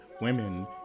women